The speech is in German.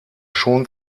schon